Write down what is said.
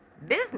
Business